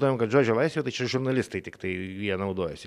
tam kad žodžio laisvė tai čia žurnalistai tiktai ja naudojasi